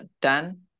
Dan